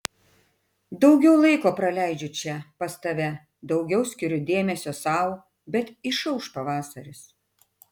daugiau laiko praleidžiu čia pas tave daugiau skiriu dėmesio sau bet išauš pavasaris